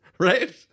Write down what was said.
right